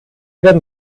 werden